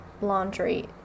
laundry